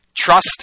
trust